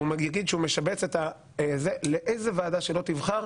והוא יגיד שהוא משבץ את הנושא לאיזה ועדה שלא תבחר,